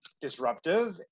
disruptive